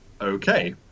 Okay